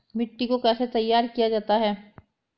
मिट्टी को कैसे तैयार किया जाता है?